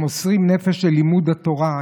הם מוסרים נפש על לימוד התורה,